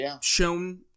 shown